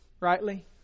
rightly